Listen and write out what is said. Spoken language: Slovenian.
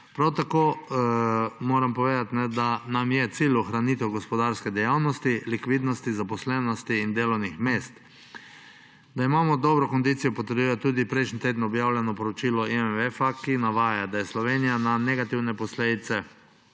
Prav tako moram povedati, da nam je cilj ohranitev gospodarske dejavnosti, likvidnosti, zaposlenosti in delovnih mest. Da imamo dobro kondicijo, potrjuje tudi prejšnji teden objavljeno poročilo IMF, ki navaja, da se je Slovenija na negativne posledice